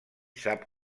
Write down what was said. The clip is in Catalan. sap